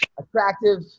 attractive